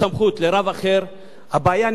אלא שנוצר פה צורך